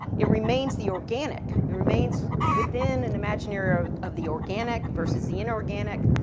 it remains the organic. it remains within an imaginary of of the organic versus the inorganic.